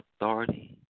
authority